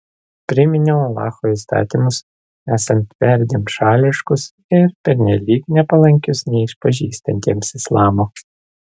priminiau alacho įstatymus esant perdėm šališkus ir pernelyg nepalankius neišpažįstantiems islamo